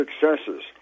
successes